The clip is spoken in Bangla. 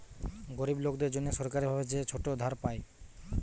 গরিব লোকদের জন্যে সরকারি ভাবে যে ছোট ধার পায়